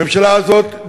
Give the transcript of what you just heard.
הממשלה הזאת,